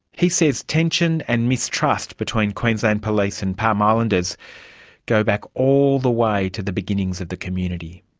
he says tension and mistrust between queensland police and palm islanders go back all the way to the beginnings of the community.